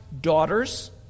daughters